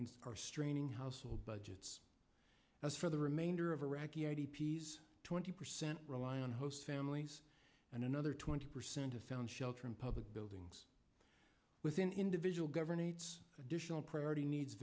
and are straining household budgets as for the remainder of iraq twenty percent rely on host families and another twenty percent of found shelter in public buildings within individual governments additional priority needs